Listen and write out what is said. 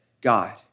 God